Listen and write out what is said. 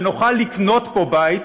שנוכל לקנות פה בית,